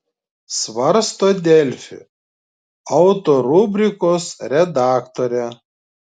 svarsto delfi auto rubrikos redaktorė